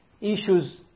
issues